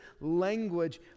language